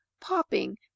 popping